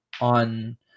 on